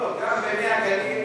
גם במי-הגליל,